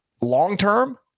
long-term